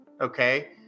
okay